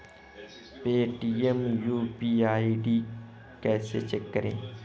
Paytm UPI ID कैसे change करें?